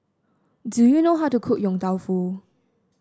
do you know how to cook Yong Tau Foo